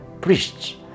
priests